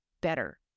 better